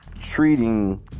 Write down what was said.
treating